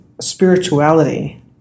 spirituality